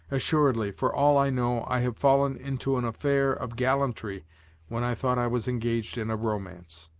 assuredly, for all i know, i have fallen into an affair of gallantry when i thought i was engaged in a romance.